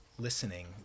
listening